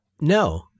No